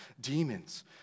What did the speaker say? demons